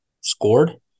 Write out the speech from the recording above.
scored